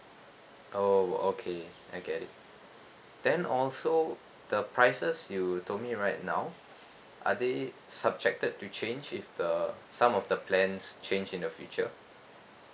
oh okay I get it then also the prices you told me right now are they subjected to change if the some of the plans change in the future